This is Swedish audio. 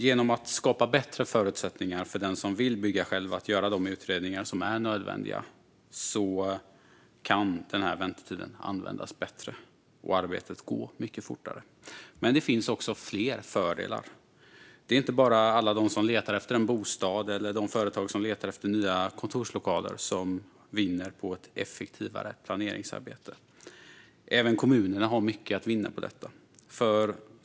Genom att skapa bättre förutsättningar för den som vill bygga själv att göra de utredningar som är nödvändiga kan denna väntetid användas bättre och arbetet gå mycket fortare. Men det finns fler fördelar. Det är inte bara alla de som letar efter en bostad eller de företag som letar efter nya kontorslokaler som vinner på ett effektivare planeringsarbete, utan även kommunerna har mycket att vinna på detta.